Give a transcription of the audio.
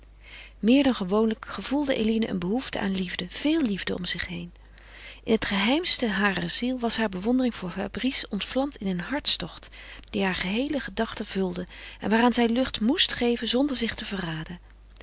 meer dan gewoonlijk gevoelde eline een behoefte aan liefde veel liefde om zich heen in het geheimste harer ziel was haar bewondering voor fabrice ontvlamd in een hartstocht die haar geheele gedachte vulde en waaraan zij lucht moest geven zonder zich te verraden